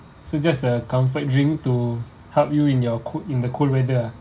so just a comfort drink to help you in your co~ in the cold weather ah